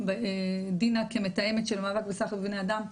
גם דינה כמתאמת במאבק של סחר בבני אדם,